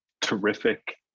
terrific